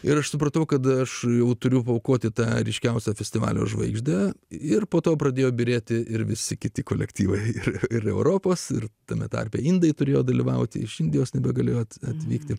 ir aš supratau kad aš jau turiu paaukoti tą ryškiausią festivalio žvaigždę ir po to pradėjo byrėti ir visi kiti kolektyvai ir europos ir tame tarpe indai turėjo dalyvauti iš indijos nebegalėjote atvykti